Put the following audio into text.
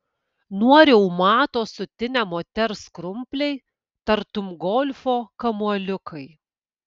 nuo reumato sutinę moters krumpliai tartum golfo kamuoliukai